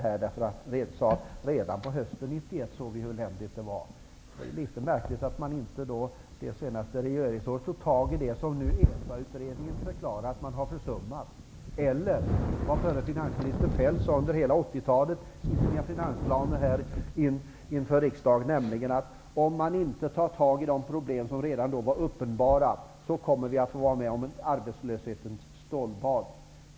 Han sade att man redan hösten 1991 såg hur eländigt det var. Det är då litet märkligt att man inte under det sista regeringsåret tog tag i det som EFA-utredningen förklarar att man har försummat. Dessutom sade förre finansministern Feldt under hela 80-talet i sina finansplaner till riksdagen att om man inte tog tag i de problem som redan då var uppenbara, skulle man komma att få vara med om ett arbetslöshetens stålbad.